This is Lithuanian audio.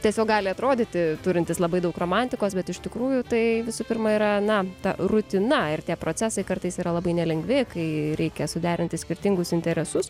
tiesiog gali atrodyti turintis labai daug romantikos bet iš tikrųjų tai visų pirma yra na ta rutina ir tie procesai kartais yra labai nelengvi kai reikia suderinti skirtingus interesus